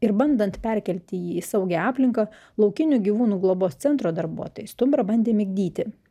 ir bandant perkelti jį į saugią aplinką laukinių gyvūnų globos centro darbuotojai stumbrą bandė migdyti